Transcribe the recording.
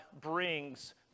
brings